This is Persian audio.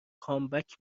کامبک